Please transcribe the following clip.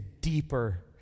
deeper